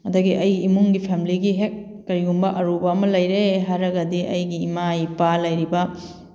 ꯑꯗꯒꯤ ꯑꯩ ꯏꯃꯨꯡꯒꯤ ꯐꯦꯃꯦꯂꯤꯒꯤ ꯍꯦꯛ ꯀꯔꯤꯒꯨꯝꯕ ꯑꯔꯨꯕ ꯑꯃ ꯂꯩꯔꯦ ꯍꯥꯏꯔꯒꯗꯤ ꯑꯩꯒꯤ ꯏꯃꯥ ꯏꯄꯥ ꯂꯩꯔꯤꯕ